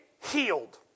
healed